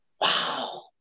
wow